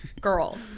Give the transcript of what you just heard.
girl